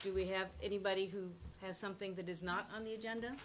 do we have anybody who has something that is not on the agenda